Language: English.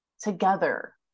together